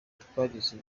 twagize